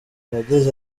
yagize